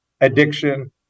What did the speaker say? addiction